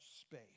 space